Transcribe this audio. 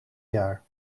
jaar